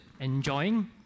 enjoying